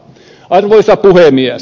arvoisa puhemies